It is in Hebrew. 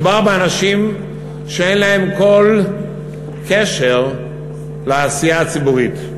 מדובר באנשים שאין להם כל קשר לעשייה הציבורית,